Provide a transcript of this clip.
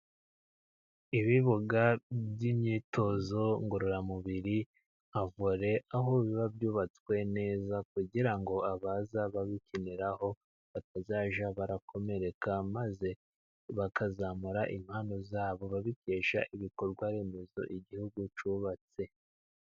Ibibuga by'imyitozo ngororamubiri aho biba byubatswe neza kugira ngo abaza babikiniraho batazajya barakomereka maze bakazamura impano zabo babikesha ibikorwa remezo igihugu cyubatse.